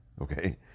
Okay